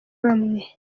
bamwe